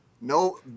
no